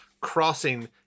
crossing